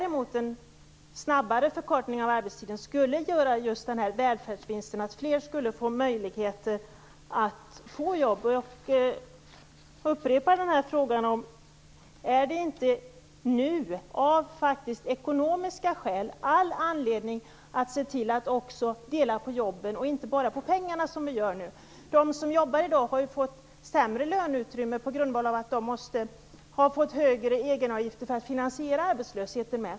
En snabbare förkortning av arbetstiden skulle medföra just en välfärdsvinst. Fler skulle få möjlighet att få jobb. Jag upprepar frågan: Finns det inte av ekonomiska skäl all anledning att se till att man också delar på jobben och inte bara på pengarna? De som jobbar i dag har ju fått sämre löneutrymme på grund av högre egenavgifter, som skall finansiera arbetslösheten.